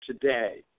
today